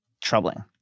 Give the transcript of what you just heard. Troubling